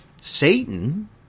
Satan